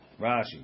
Rashi